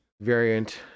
variant